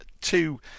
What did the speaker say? Two